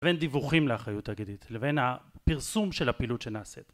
לבין דיווחים לאחריות תאגידית, לבין הפרסום של הפעילות שנעשית